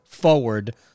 forward